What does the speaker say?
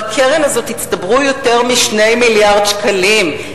בקרן הזאת הצטברו יותר מ-2 מיליארד שקלים.